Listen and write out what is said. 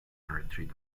retreat